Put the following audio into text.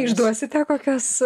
išduosite kokios